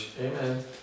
Amen